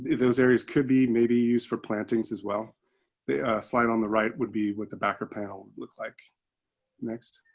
those areas could be maybe use for plantings as well they slide on the right would be what the backer pal look like next